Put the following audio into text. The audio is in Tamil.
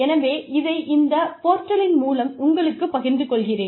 எனவே இதை இந்த போர்ட்டலின் மூலம் உங்களுடன் பகிர்ந்து கொள்கிறேன்